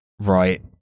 right